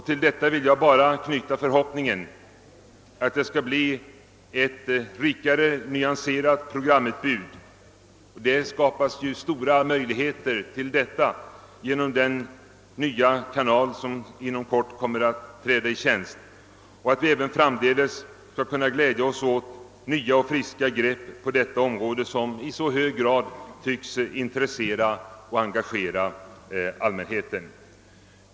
Till det vill jag bara knyta den förhoppningen att vi skall få ett mera rikt nyanserat programutbud —- det skapas också stora möjligheter för det genom den nya kanal som inom kort kommer att tas i bruk — samt att vi även framdeles skall kunna glädja oss åt nya och friska grepp på detta område, som i så hög grad tycks intressera och engagera allmänheten.